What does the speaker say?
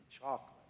chocolate